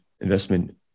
investment